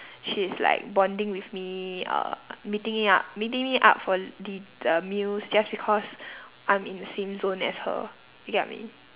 she is like bonding with me uh meeting me up meeting me up for din~ uh meals just because I'm in the same zone as her you get what I mean